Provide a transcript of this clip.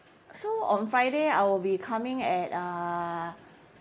so on friday I will be coming at uh